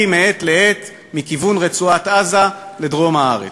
מעת לעת מכיוון רצועת-עזה לדרום הארץ.